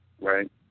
right